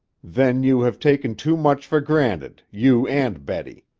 then you have taken too much for granted, you and betty.